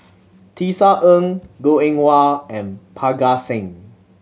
Tisa Ng Goh Eng Wah and Parga Singh